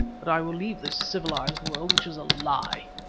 but i will leave this civilized world which is a lie.